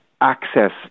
access